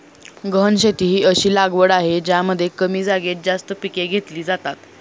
गहन शेती ही अशी लागवड आहे ज्यामध्ये कमी जागेत जास्त पिके घेतली जातात